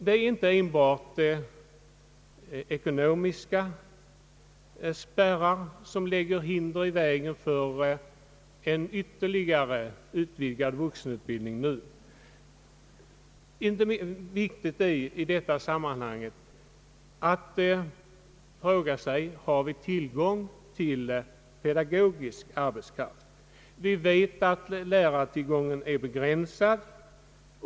Det är inte enbart ekonomiska spärrar som nu lägger hinder i vägen för en ytterligare utvidgad vuxenutbildning. Inte minst viktigt är i detta sammanhang, att vi också har tillgång till pedagogisk arbetskraft. Vi vet att lärartillgången är begränsad.